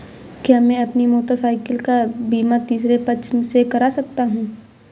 क्या मैं अपनी मोटरसाइकिल का बीमा तीसरे पक्ष से करा सकता हूँ?